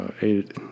eight